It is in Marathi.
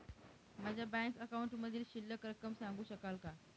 माझ्या बँक अकाउंटमधील शिल्लक रक्कम सांगू शकाल का?